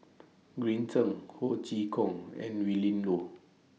Green Zeng Ho Chee Kong and Willin Low